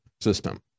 system